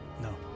No